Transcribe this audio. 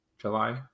July